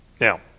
Now